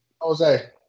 Jose